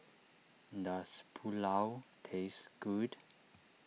does Pulao taste good